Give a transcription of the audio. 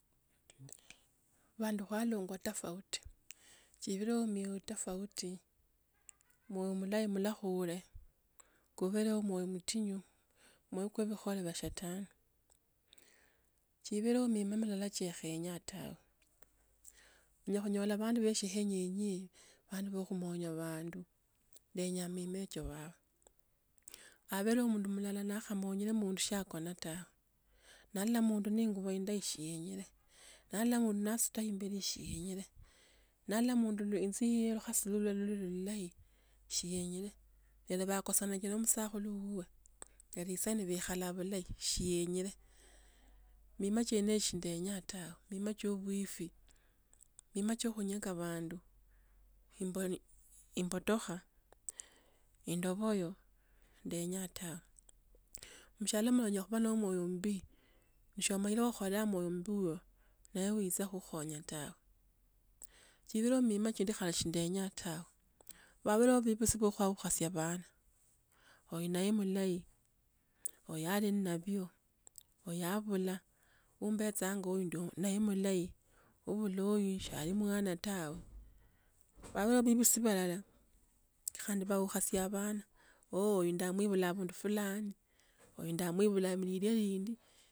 Bandu ba kholongwa tofauti, chipiro myo tofauti, mwoyo mulahi mulakhule, kube no omwoyo mtinyu. Omwoyo kwa bikhole bie shetani. Chibeleho miima milala chiakheenyaa tawe, onya onyala khunyola abandu ndeenya emiima tsio baho abere omundu mulala nakhomonyere omundu shiakonaa tawe nalolaa mundu ni ingubo endahi shienyere, nalola omundu nasita imbeli shienyere. Nalule umundu le uunzi yiye lukhali luluse noluba lu lu lulahi shiyenyele. Lelo bakosane ne musakhulu wuwe, kata isaino baekhataa bulahi shenyele. Miima chiene nichyoo siendeenyaa tawe, mima chio obusifi miima chio khunyeka abandu imbali imbotokha, indoboyo ndeanya tawe. Mushala wa munyala kuba na omwoyo mmbu mi shiomanyile wa okholanga mwoyo mbi vyo niye uwitsa khukhukhonya tawe tsiliho miima tsindi khandi sindaanyaa tawe babereho bebusi be khuabukhasie abana oli naye mustahi oyali nnabyo oya obula umbetsanga uyo nnaye mulahi obula hoyu shia umwana tawe babere bebusi balole khandi baukhasia abana ooh abandu fulani uya ndamwibula mulilya lindi.